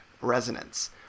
resonance